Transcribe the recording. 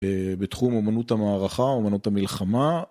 בתחום אמנות המערכה, אמנות המלחמה...